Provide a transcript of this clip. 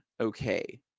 okay